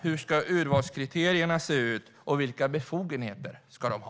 Hur ska urvalskriterierna se ut, och vilka befogenheter ska de ha?